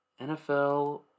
NFL